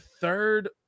third